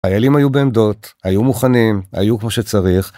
האלים היו בעמדות, היו מוכנים, היו כמו שצריך.